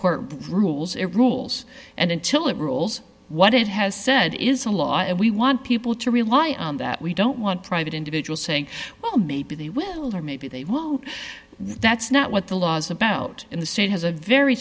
court rules it rules and until it rules what it has said is a law and we want people to rely on that we don't want private individuals saying well maybe they will or maybe they won't that's not what the laws about in the state has a very